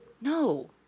No